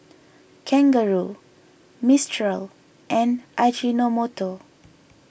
Kangaroo Mistral and Ajinomoto